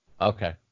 Okay